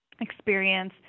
experience